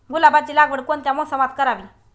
गुलाबाची लागवड कोणत्या मोसमात करावी?